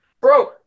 Bro